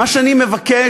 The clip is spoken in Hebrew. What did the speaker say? מה שאני מבקש,